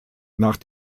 nach